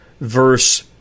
verse